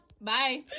Bye